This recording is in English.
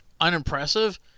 unimpressive